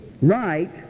right